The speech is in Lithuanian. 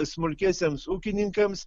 smulkiesiems ūkininkams